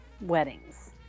weddings